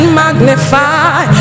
magnify